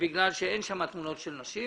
בגלל שאין שם תמונות של נשים